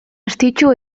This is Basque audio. estitxu